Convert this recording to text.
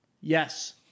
Yes